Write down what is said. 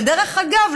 שדרך אגב,